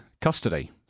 custody